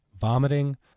vomiting